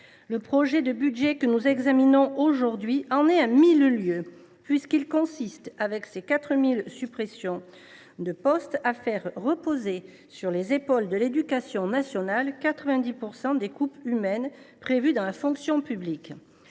Le projet de budget que nous examinons aujourd’hui en est à 1 000 lieues, puisqu’il consiste, avec ses 4 000 suppressions de postes, à faire reposer sur les épaules de l’éducation nationale 90 % des coupes humaines prévues dans la fonction publique.